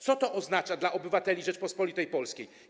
Co to oznacza dla obywateli Rzeczypospolitej Polskiej?